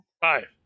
Five